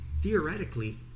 Theoretically